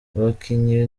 abakinnyi